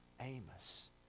Amos